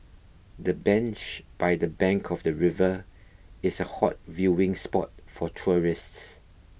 the bench by the bank of the river is a hot viewing spot for tourists